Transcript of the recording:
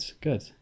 good